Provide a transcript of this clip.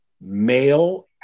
male